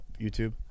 YouTube